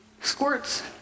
squirts